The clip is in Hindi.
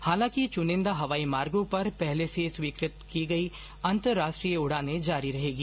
हालांकि चुनिंदा हवाई मार्गो पर पहले से स्वीकृत की गई अंतर्राष्ट्रीय उड़ानें जारी रहेगी